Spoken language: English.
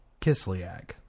Kislyak